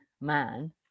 man